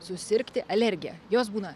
susirgti alergija jos būna